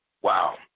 wow